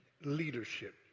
leadership